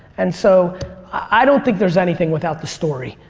and so i don't think there's anything without the story.